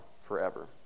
forever